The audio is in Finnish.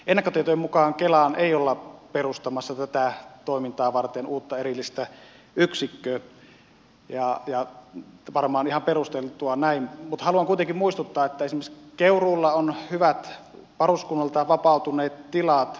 ennakkotietojen mukaan kelaan ei olla perustamassa tätä toimintaa varten uutta erillistä yksikköä ja varmaan ihan perusteltua näin mutta haluan kuitenkin muistuttaa että esimerkiksi keuruulla on hyvät varuskunnalta vapautuneet tilat